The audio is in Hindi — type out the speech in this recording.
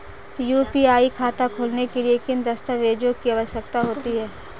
यू.पी.आई खाता खोलने के लिए किन दस्तावेज़ों की आवश्यकता होती है?